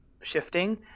shifting